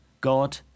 God